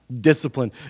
discipline